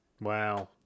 Wow